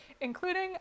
including